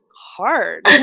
hard